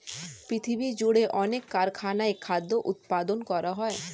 পৃথিবীজুড়ে অনেক কারখানায় খাদ্য উৎপাদন করা হয়